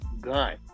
gun